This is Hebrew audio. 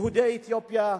יהודי אתיופיה,